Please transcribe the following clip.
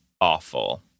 awful